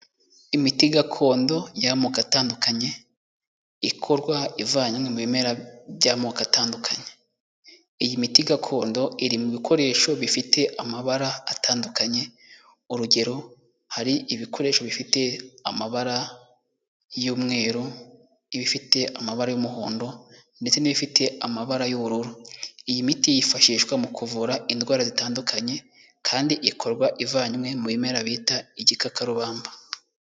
Imiti gakondo y'amoko atandukanye, ikorwa ivanywe mu bimera by'amoko atandukanye. Iyi miti gakondo iri mu bikoresho bifite amabara atandukanye. Urugero hari ibikoresho bifite amabara y'umweru, ibifite amabara y'umuhondo ndetse n'ibifite amabara y'ubururu. Iyi miti yifashishwa mu kuvura indwara zitandukanye kandi ikorwa ivanywe mu bimera bita igikakarubamba.